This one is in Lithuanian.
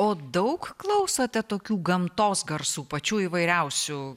o daug klausote tokių gamtos garsų pačių įvairiausių